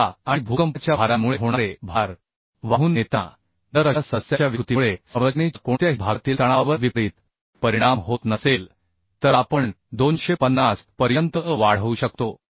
वारा आणि भूकंपाच्या भारांमुळे होणारे भार वाहून नेताना जर अशा सदस्याच्या विकृतीमुळे संरचनेच्या कोणत्याही भागातील तणावावर विपरित परिणाम होत नसेल तर आपण 250 पर्यंत वाढवू शकतो